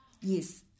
Yes